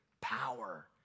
power